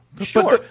Sure